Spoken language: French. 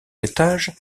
étage